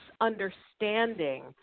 understanding